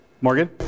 Morgan